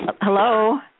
Hello